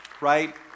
Right